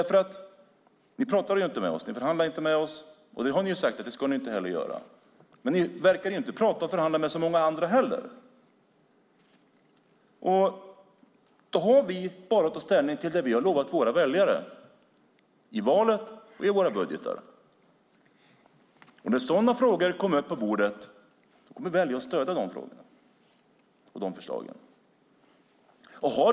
Ni pratar inte med oss, och ni förhandlar inte med oss. Det har ni sagt att ni inte ska göra. Ni verkar inte prata och förhandla med så många andra heller. Vi har bara att ta ställning till det som vi har lovat våra väljare i valet och i våra budgetar. När sådana frågor kommer upp på bordet kommer väljarna att stödja de förslagen.